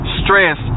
stress